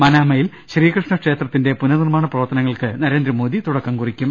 മനാമയിൽ ശ്രീകൃഷ്ണക്ഷേത്രത്തിന്റെ പുനർ നിർമ്മാണ പ്രവർത്തനങ്ങൾക്ക് നരേന്ദ്രമോദി തുടക്കം കുറി ക്കും